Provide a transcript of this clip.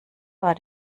war